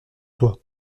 toi